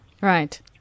Right